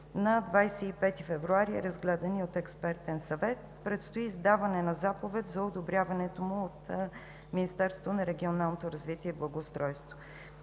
На 25 февруари е разгледан и от експертен съвет. Предстои издаване на заповед за одобряването му от Министерството на регионалното развитие и благоустройството.